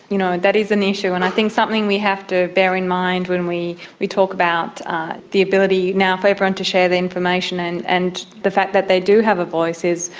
you know that is an issue and i think something we have to bear in mind when we we talk about the ability now for everyone to share the information and and the fact that they do have a voice, voice,